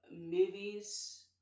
movies